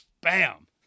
bam